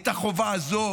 את החובה הזו,